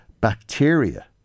bacteria